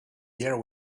there